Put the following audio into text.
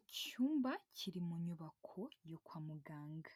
Icyumba kiri mu nyubako yo kwa muganga.